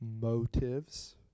motives